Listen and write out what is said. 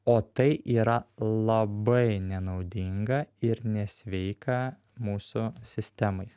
o tai yra labai nenaudinga ir nesveika mūsų sistemai